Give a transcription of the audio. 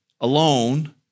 alone